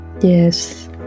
Yes